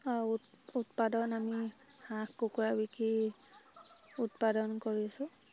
আৰু উৎপাদন আমি হাঁহ কুকুৰা বিকি উৎপাদন কৰিছোঁ